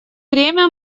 время